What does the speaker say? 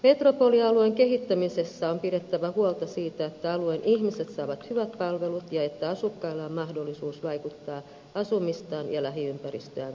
metropolialueen kehittämisessä on pidettävä huolta siitä että alueen ihmiset saavat hyvät palvelut ja että asukkailla on mahdollisuus vaikuttaa asumistaan ja lähiympäristöään koskevaan päätöksentekoon